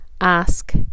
Ask